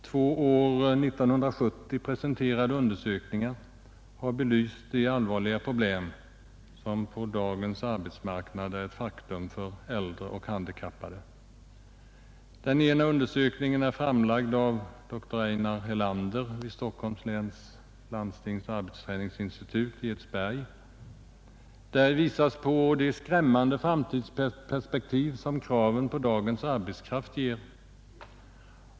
Två år 1970 presenterade undersökningar har belyst de allvarliga problem som på dagens arbetsmarknad är ett faktum för äldre och handikappade. Den ena undersökningen är framlagd av dr Einar Helander vid Stockholms läns landstings arbetsträningsinstitut i Edsberg. Däri visas på de skrämmande framtidsperspektiv som kraven på dagens arbetskraft ger.